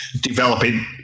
developing